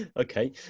Okay